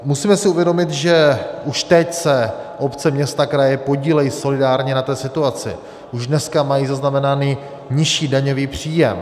Musíme si uvědomit, že už teď se obce, města a kraje podílejí solidárně na té situaci, už dnes mají zaznamenaný nižší daňový příjem.